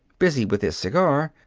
busy with his cigar,